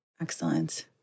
Excellent